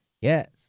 Yes